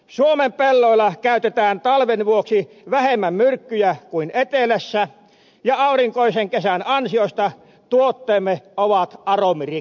suomen pelloilla käytetään talven vuoksi vähemmän myrkkyjä kuin etelässä ja aurinkoisen kesän ansiosta tuotteemme ovat aromirikkaita